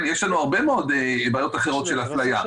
יש לנו הרבה מאוד בעיות אחרות של אפליה,